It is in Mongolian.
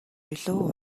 илүү